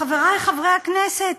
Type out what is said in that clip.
חברי חברי הכנסת,